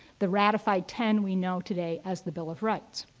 the ratified ten we know today as the bill of rights.